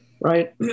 right